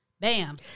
Bam